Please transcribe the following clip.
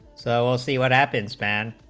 so see what happens spent,